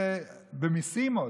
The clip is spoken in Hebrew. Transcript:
ועוד במיסים,